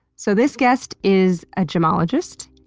so this guest is a gemologist,